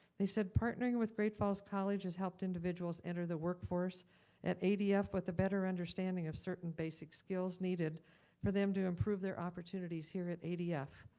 they said, partnering with great falls college has helped individuals enter the workforce at adf with a better understanding of certain basic skills needed for them to improve their opportunities here at adf.